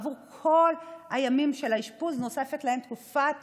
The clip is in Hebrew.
בעבור כל הימים של האשפוז נוספת להן תקופת